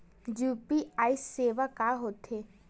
UPI सेवा का होथे?